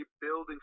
building